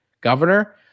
governor